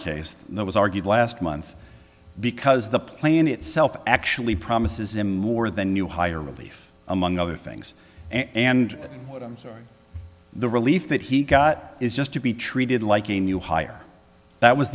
that was argued last month because the plan itself actually promises him more than new hire relief among other things and i'm sorry the relief that he got is just to be treated like a new hire that was